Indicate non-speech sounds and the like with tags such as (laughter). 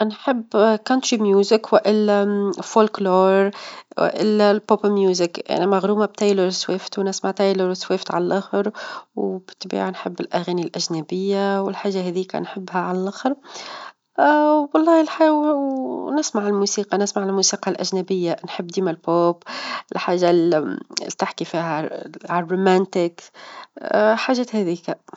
نحب الأغانى الريفية، والا فولكلور، والا موسيقى البوب، أنا مغرومة بتايلور سويفت، ونسمع تايلور سويف على اللخر، وبالطبيعة نحب الأغاني الأجنبية، والحاجة هاذيك، نحبها على اللخر (hesitation) والله -نحاول- -نسمع الموسيقى- نسمع الموسيقى الأجنبية نحب ديما البوب، الحاجة اللي تحكى فيها عن الرمانسية (hesitation) حاجات هاذيك.